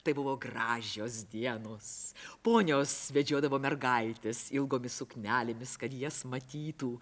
tai buvo gražios dienos ponios vedžiodavo mergaites ilgomis suknelėmis kad jas matytų